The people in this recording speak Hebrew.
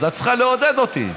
אז את צריכה לעודד אותי.